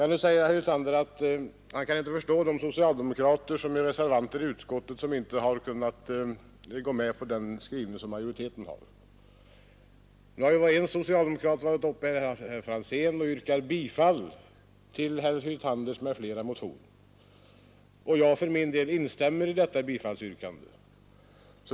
Nu säger herr Hyltander att han inte kan förstå de socialdemokrater som är reservanter i utskottet och som inte har kunnat gå med på den skrivning som majoriteten har. En socialdemokrat, herr Franzén, har yrkat bifall till herr Hyltanders m.fl. motion, och jag för min del instämmer i detta bifallsyrkande.